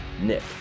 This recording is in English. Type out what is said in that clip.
Nick